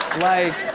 like,